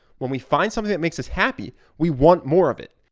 when we find something that makes us happy, we want more of it.